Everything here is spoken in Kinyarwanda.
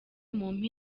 mumpe